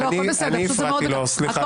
אני הפרעתי לו, סליחה.